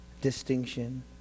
distinction